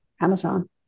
Amazon